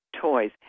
toys